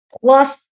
plus